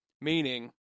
Meaning